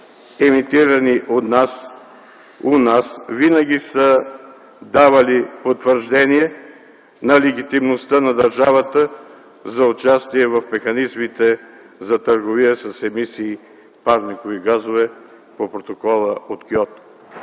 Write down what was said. емитирани у нас, винаги са давали потвърждение на легитимността на държавата за участие в механизмите за търговия с емисии парникови газове по Протокола от Киото.